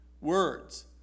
words